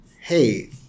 hey –